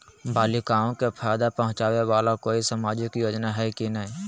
बालिकाओं के फ़ायदा पहुँचाबे वाला कोई सामाजिक योजना हइ की नय?